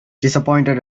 disappointed